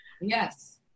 Yes